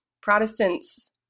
Protestants